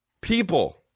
People